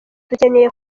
dukeneye